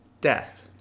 death